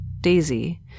Daisy